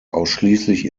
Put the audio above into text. ausschließlich